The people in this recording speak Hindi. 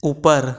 ऊपर